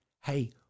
Hey